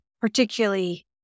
particularly